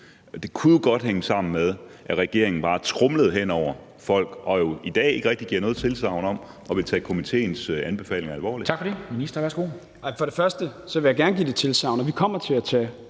Det kunne jo godt hænge sammen med, at regeringen bare tromlede hen over folk og i dag ikke rigtig giver noget tilsagn om at ville tage komitéens anbefalinger alvorligt. Kl.